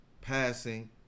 passing